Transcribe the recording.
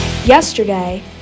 Yesterday